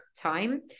time